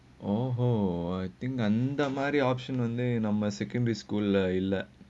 oh [ho] I think அதே மாரி:athae maari option only normal secondary school leh இல்லே:illae